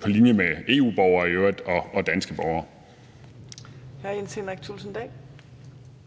på linje med EU-borgere i øvrigt og danske borgere.